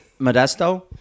Modesto